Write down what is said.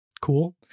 cool